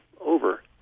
over